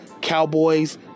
Cowboys